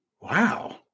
Wow